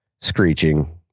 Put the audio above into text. screeching